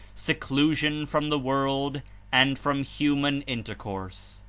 seclusion from the world and from human in tercourse.